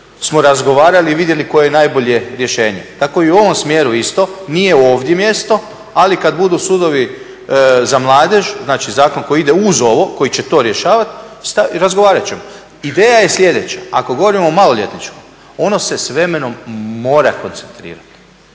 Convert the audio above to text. razgovarali i vidjeli koje je najbolje rješenje. Tako i u ovom smjeru isto nije ovdje mjesto, ali kad budu sudovi za mladež, znači zakon koji ide uz ovo koji će to rješavati razgovarat ćemo. Ideja je sljedeća. Ako govorimo o maloljetničkom, ono se s vremenom mora koncentrirat,